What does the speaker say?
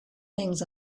things